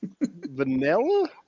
Vanilla